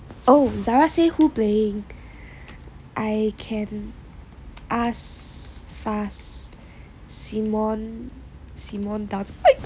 oh zara say who playing I can ask faz simone simone